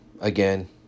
again